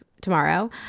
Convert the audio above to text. tomorrow